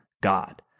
God